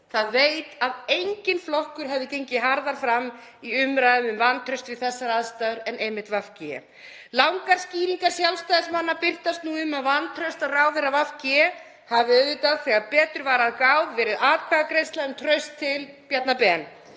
veit að enginn flokkur hefur gengið harðar fram í umræðum um vantraust við þessar aðstæður en einmitt VG. Langar skýringar Sjálfstæðismanna birtast nú um að vantraust á ráðherra VG hafi auðvitað, þegar betur var að gáð, verið atkvæðagreiðsla um traust til Bjarna